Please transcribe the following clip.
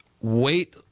Wait